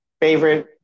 favorite